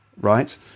right